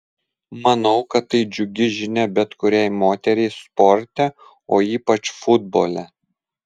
manau kad tai džiugi žinia bet kuriai moteriai sporte o ypač futbole